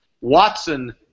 Watson